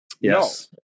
Yes